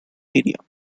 area